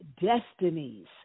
destinies